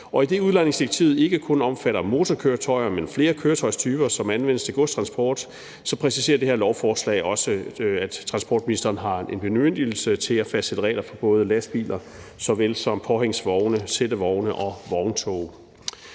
Og idet udlejningsdirektivet ikke kun omfatter motorkøretøjer, men flere køretøjstyper, som anvendes til godstransport, præciserer det her lovforslag også, at transportministeren har en bemyndigelse til at fastsætte regler for såvel lastbiler som påhængsvogne, sættevogne og vogntog.